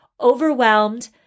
overwhelmed